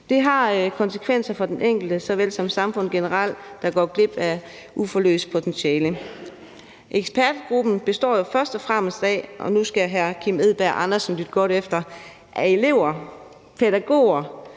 Det har konsekvenser for den enkelte såvel som for samfundet generelt, der går glip af potentiale, fordi det er uforløst. Ekspertgruppen består jo først og fremmest – og nu skal hr. Kim Edberg Andersen lytte godt efter – af elever, pædagoger,